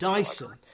Dyson